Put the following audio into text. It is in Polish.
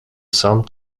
sam